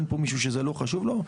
אין פה מישהו שזה לא חשוב לו,